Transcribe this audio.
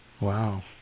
Wow